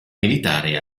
militare